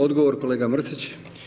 Odgovor, kolega Mrsić.